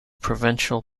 provincial